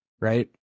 Right